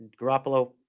Garoppolo